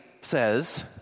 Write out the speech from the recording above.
says